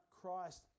Christ